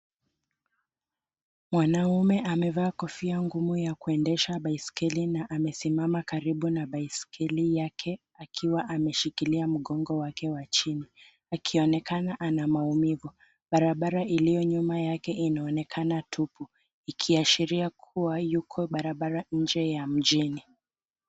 Mwanaume amevaa kofia ngumu ya kuendesha baiskeli na amesimama karibu na baiskeli yake akiwa ameshikilia mgongo wake wa chini akionekana ana maumivu. Barabara iliyo nyuma yake inaonekana tupu ikiashiria kuwa yuko barabara nje ya mjini.